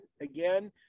again